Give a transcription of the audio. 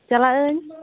ᱪᱟᱞᱟᱜ ᱟᱹᱧ